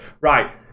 right